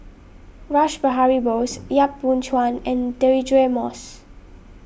Rash Behari Bose Yap Boon Chuan and Deirdre Moss